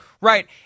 Right